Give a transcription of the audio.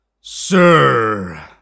Sir